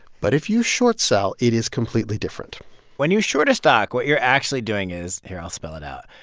but if you short sell, it is completely different when you short a stock, what you're actually doing is here, i'll spell it out.